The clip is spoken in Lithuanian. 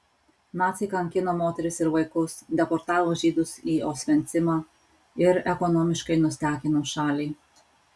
naciai kankino moteris ir vaikus deportavo žydus į osvencimą ir ekonomiškai nustekeno šalį